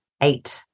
eight